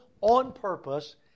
on-purpose